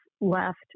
left